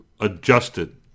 adjusted